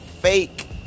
fake